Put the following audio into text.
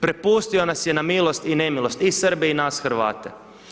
Prepustio nas je na milost i nemilost i Srbe i nas Hrvate.